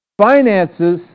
Finances